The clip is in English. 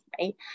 right